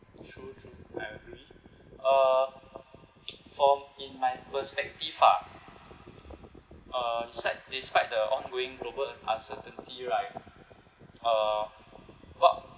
sure true I agree uh for in my perspective lah uh despite despite the ongoing global uncertainty right uh what